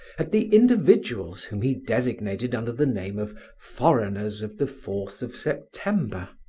at the individuals whom he designated under the name of foreigners of the fourth of september.